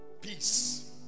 Peace